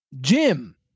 Jim